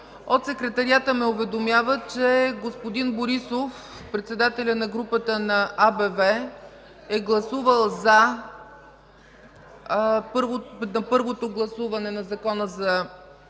От Секретариата ме уведомяват, че господин Борисов – председателят на групата на АБВ, е гласувал „за” при гласуването на ЗИД на Закона